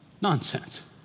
nonsense